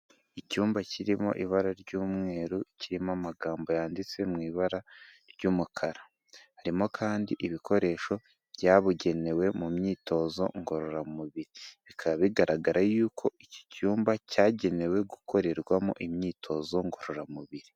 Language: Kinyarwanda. Icyumba kirimo ibara ry'umweru kirimo amagambo yanditse mu ibara ry'umukara, harimo kandi ibikoresho byabugenewe mu myitozo ngororamubiri bikaba bigaragara yuko iki cyumba cyagenewe gukorerwamo imyitozo ngororamubiri.